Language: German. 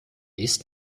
ist